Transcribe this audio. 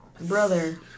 Brother